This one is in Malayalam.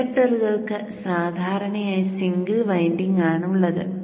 ഇൻഡക്ടറുകൾക്ക് സാധാരണയായി സിംഗിൾ വൈൻഡിംഗ് ആണ് ഉള്ളത്